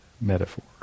metaphor